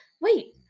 Wait